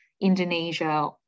Indonesia